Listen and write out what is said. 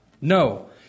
No